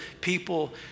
people